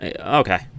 Okay